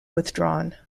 withdrawn